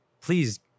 Please